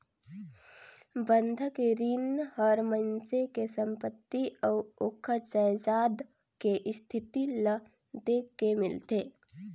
बंधक रीन हर मइनसे के संपति अउ ओखर जायदाद के इस्थिति ल देख के मिलथे